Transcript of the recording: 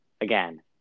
again